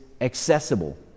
accessible